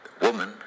Woman